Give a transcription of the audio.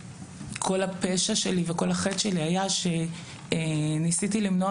כל הפשע שלי וכל החטא שלי היה שניסיתי למנוע